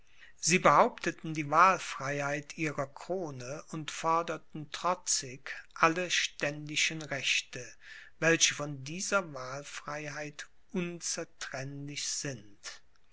sie behaupteten die wahlfreiheit ihrer krone und forderten trotzig alle ständischen rechte welche von dieser wahlfreiheit unzertrennlich sind